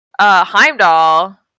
Heimdall